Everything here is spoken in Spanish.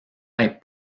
hay